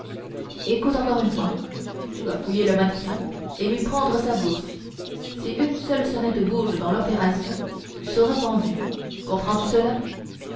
écoute encore une fois tu vas fouiller le mannequin et lui prendre sa bourse si une seule sonnette bouge dans l'opération tu seras pendu comprends-tu cela